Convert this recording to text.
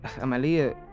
Amalia